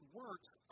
works